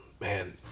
man